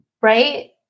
right